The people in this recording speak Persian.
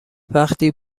وقتی